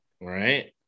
right